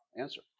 answer